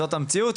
זאת המציאות?